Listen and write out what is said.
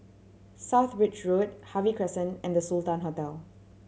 South Bridge Road Harvey Crescent and The Sultan Hotel